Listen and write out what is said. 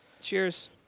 Cheers